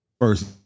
first